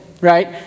right